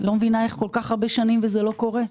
לא מבינה איך כל כך הרבה שנים וזה לא קורה.